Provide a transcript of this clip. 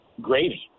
Gravy